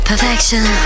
Perfection